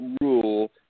rule –